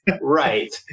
Right